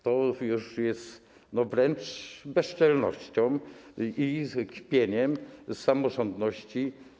To już jest wręcz bezczelność i kpienie z samorządności.